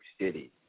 City